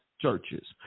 churches